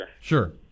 sure